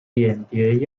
眼蝶